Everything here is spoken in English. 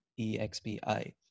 expi